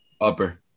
Upper